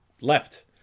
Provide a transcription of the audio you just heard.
left